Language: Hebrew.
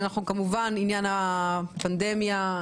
עניין הפנדמיה,